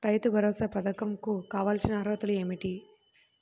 రైతు భరోసా పధకం కు కావాల్సిన అర్హతలు ఏమిటి?